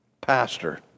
pastor